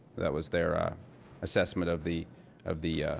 that was their ah assessment of the of the